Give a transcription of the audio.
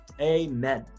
amen